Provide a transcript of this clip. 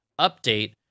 update